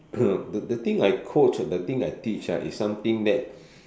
the the thing I coach the thing I teach ah is something that